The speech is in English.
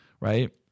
right